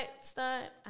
Stunt